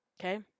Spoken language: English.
okay